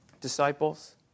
disciples